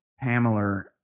Pamela